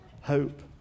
Hope